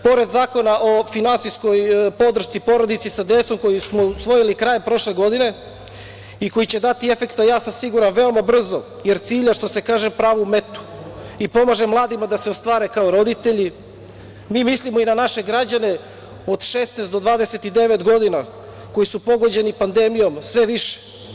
Pored Zakona o finansijskoj podršci porodici sa decom koji smo usvojili krajem prošle godine i koji će dati efekta, siguran sam veoma brzo, jer cilja, što se kaže, pravo u metu i pomaže mladima da se ostvare kao roditelji, mi mislimo i na naše građane do 16 do 29 godina, koji su pogođeni pandemijom sve više.